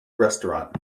restaurant